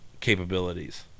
capabilities